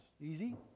easy